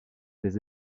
les